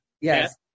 Yes